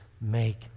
make